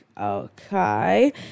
okay